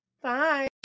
Bye